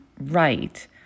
right